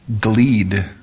GLEED